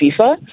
FIFA